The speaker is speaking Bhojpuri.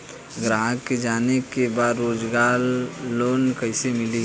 ग्राहक के जाने के बा रोजगार लोन कईसे मिली?